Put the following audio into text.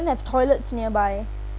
have toilets nearby